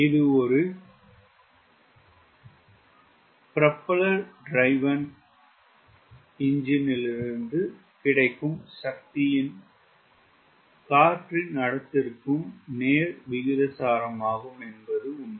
இது ஒரு ப்ரொபெல்லர் திரிவேன் இருந்து கிடைக்கும் சக்திக்கும் காற்றின் அடர்த்திக்கும் நேர் விகிதாசாரமாகும் என்பது உண்மை